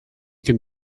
can